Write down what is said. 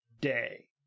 day